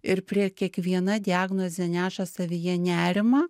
ir prie kiekviena diagnozė neša savyje nerimą